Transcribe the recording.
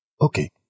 Okay